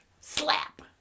slap